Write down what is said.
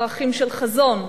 ערכים של חזון,